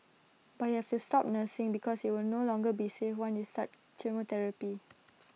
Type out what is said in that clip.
but you have to stop nursing because IT will no longer be safe once you start chemotherapy